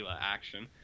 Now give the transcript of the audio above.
action